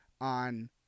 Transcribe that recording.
on